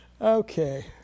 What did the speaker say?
Okay